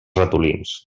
ratolins